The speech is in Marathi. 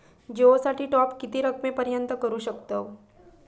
जिओ साठी टॉप किती रकमेपर्यंत करू शकतव?